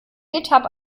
github